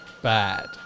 bad